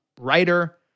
writer